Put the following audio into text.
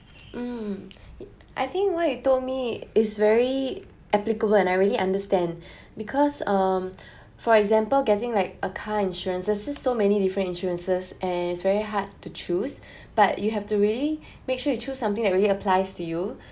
mm I think what you told me is very applicable and I really understand because um for example getting like a car insurance there is so many different insurances and it's very hard to choose but you have to really make sure you choose something that really applies to you